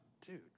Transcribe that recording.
dude